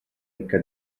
ricca